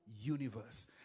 universe